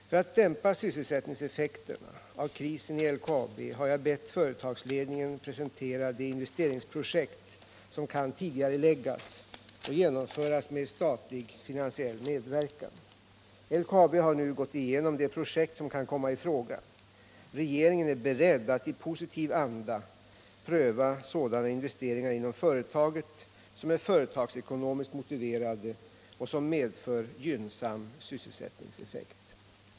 För att dämpa sysselsättningseffekterna av krisen i LKAB har jag bett företagsledningen presentera de investeringsprojekt som kan tidigareläggas och genomföras med statlig finansiell medverkan. LKAB har nu gått igenom de projekt som kan komma i fråga. Regeringen är beredd att i positiv anda pröva sådana investeringar inom företaget som är företagsekonomiskt motiverade och som medför gynnsam sysselsättningseffekt.